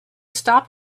stop